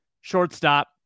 Shortstop